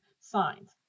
signs